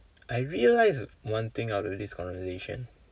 I realise one thing out of this conversation